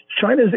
China's